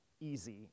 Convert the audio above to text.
easy